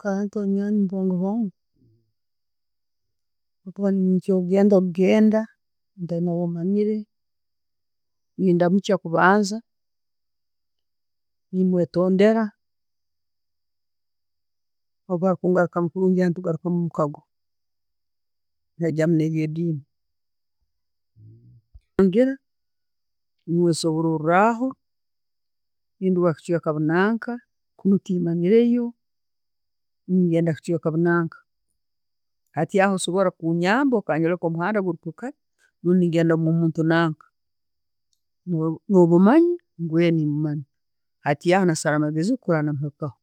Kanti obunywani mubwongo bwange, nkuba nengenda genda, ntaina ha manyire, nendamukya kubanza, ne mwetondera, obwakungarukamu kurungi, ne'mugarukamu mukago naijamu ne'byediini. mwesoboraho, ndi wakichweka nanka, kunnu timanyireyo, nengenda mukichweka nanka. Hati aho okusobora kunyamba okanyoreka omuhanda ogukwikayo rundi genda owo'muntu nanka. No mumanya, ngu e'ne'mumanya. Nasaara mageezi ki kurora namwikaho,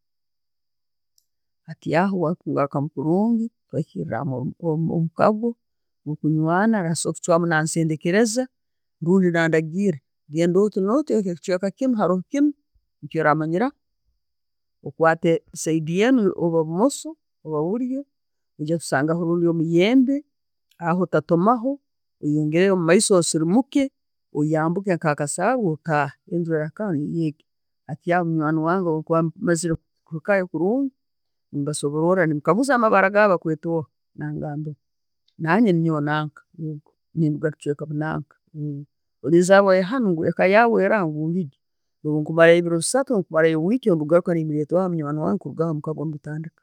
hati aho we'wakugarukamu kurungi mwihamu omukaago gwo'kunywana na sobora no'kuchwamu nasendekereza rundi nandagiira. Genda otti no'tti, ekyo kichweka kinu, haro kinu na kinu kyaramanyiraho. Okwata eside eno oba mosso orba bulyo, noija kusangaho obundi omuyembe, aho ottatomaho, oweyongere omumaiso obundi osirimuke, oyambuke nka akasaaru otaahe, enju niyegyo. Rahikaho niyegyo, hati omunywani wawe omazire kwekayo kurungi, nembasobora nempakaguuza amabara gaawe ne'bakwetoha, nangambira, nanyo, ninyowe nanka, nenduga mukichweka nanka, oli nzarwa ya'hunu, eka yaawe eraha, ngu ngigyo, bwenkumara ebiro byange bisatu, ne'bwekumara weeki nkugarukayo nengambiraho munywani wange omukago ne'gutandika.